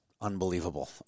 unbelievable